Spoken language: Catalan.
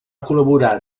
col·laborar